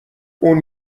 اون